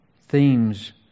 themes